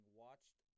watched